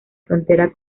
frontera